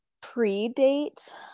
pre-date